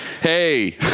Hey